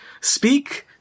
speak